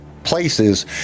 places